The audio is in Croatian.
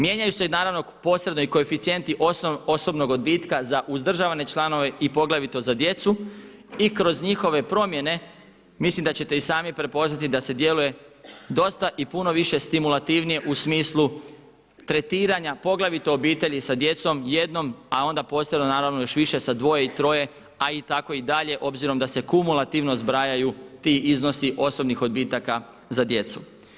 Mijenjaju se i naravno posredno i koeficijenti osobnog odbitka za uzdržavane članove i poglavito za djecu i kroz njihove promjene mislim da ćete i sami prepoznati da se djeluje dosta i puno više stimulativnije u smislu tretiranja poglavito obitelji sa djecom jednom, a onda … još više sa dvoje i troje a i tako i dalje obzirom da se kumulativno zbrajaju ti iznosi osobnih odbitaka za djecu.